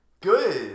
Good